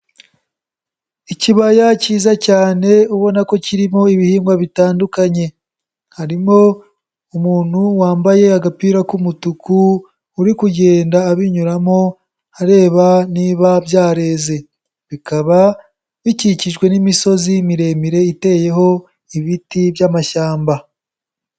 Ikibaya kiza cyane ubona ko kirimo ibihingwa bitandukanye, harimo umuntu wambaye agapira k'umutuku uri kugenda abinyuramo areba niba byazere, bikaba bikikijwe n'imisozi miremire iteyeho ibiti by'amashyamba.